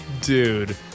Dude